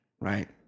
Right